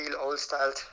old-style